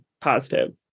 positive